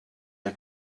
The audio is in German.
ihr